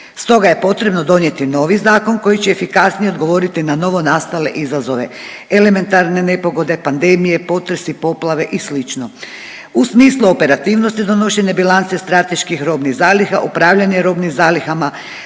stoga je potrebno donijeti novi zakon koji će efikasnije odgovoriti na novonastale izazove elementarne nepogode, pandemije, potresi, poplave i slično u smislu operativnosti donošenje bilance strateških robnih zaliha, upravljanje robnim zalihama,